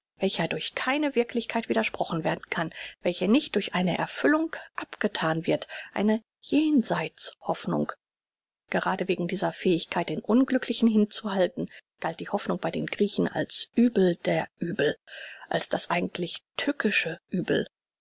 welcher durch keine wirklichkeit widersprochen werden kann welche nicht durch eine erfüllung abgethan wird eine jenseits hoffnung gerade wegen dieser fähigkeit den unglücklichen hinzuhalten galt die hoffnung bei den griechen als übel der übel als das eigentlich tückische übel